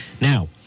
Now